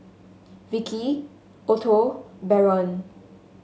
Vickie Otto Barron